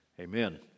amen